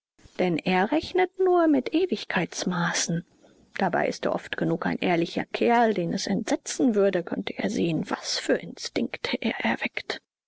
denn er rechnet nur mit ewigkeitsmaßen dabei ist er oft genug ein ehrlicher kerl den es entsetzen würde könnte er sehen was für instinkte er erweckt